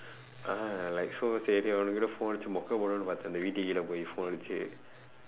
ah like so you know phone அடிச்சு வீட்டு கீழே போய் மொக்கை போடலாம்னு நெனச்சேன்:adichsu viitdu kiizhee pooi mokkai poodalaamnu nenachseen phone அடிச்சு:adichsu